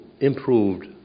improved